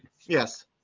Yes